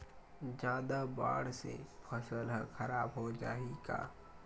जादा बाढ़ से फसल ह खराब हो जाहि का?